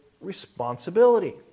responsibility